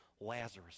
Lazarus